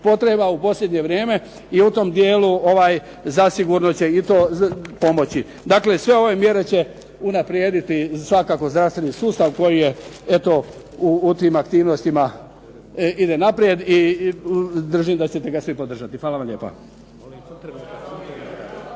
potreba u posljednje vrijeme i u tom dijelu zasigurno će i to pomoći. Dakle sve ove mjere će unaprijediti svakako zdravstveni sustav koji je eto u tim aktivnostima ide naprijed i držim da ćete ga svi podržati. Hvala vam lijepa.